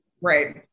right